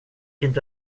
inte